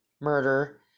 murder